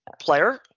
player